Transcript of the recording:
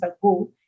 ago